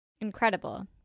Incredible